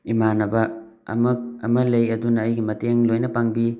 ꯏꯃꯥꯅꯕ ꯑꯃ ꯑꯃ ꯂꯩ ꯑꯗꯨꯅ ꯑꯩꯒꯤ ꯃꯇꯦꯡ ꯂꯣꯏꯅ ꯄꯥꯡꯕꯤ